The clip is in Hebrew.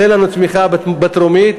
תן לנו תמיכה בטרומית,